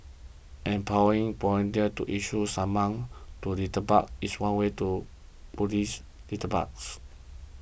empowering volunteers to issue summonses to litterbugs is one way to police litterbugs